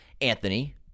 Anthony